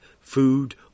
food